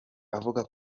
avuga